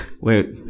wait